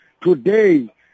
Today